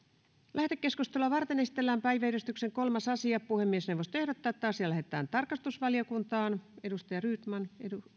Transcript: lähetekeskustelua varten esitellään päiväjärjestyksen kolmas asia puhemiesneuvosto ehdottaa että asia lähetetään tarkastusvaliokuntaan edustaja rydman